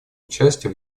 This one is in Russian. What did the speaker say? участия